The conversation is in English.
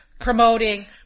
promoting